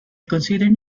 considered